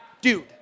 Dude